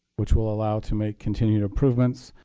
which will allow to make continued improvements.